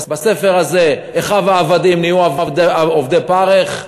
בספר הזה אחיו העבדים נהיו עובדי פרך,